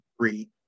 three